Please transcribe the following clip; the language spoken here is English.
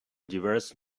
diverse